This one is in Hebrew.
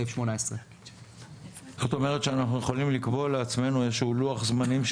סעיף 18. זאת אומרת שאנחנו יכולים לקבוע לעצמנו איזשהו לוח זמנים,